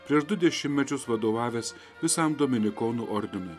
prieš du dešimtmečius vadovavęs visam dominikonų ordinui